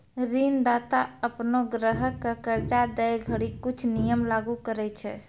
ऋणदाता अपनो ग्राहक क कर्जा दै घड़ी कुछ नियम लागू करय छै